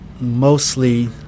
mostly